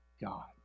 God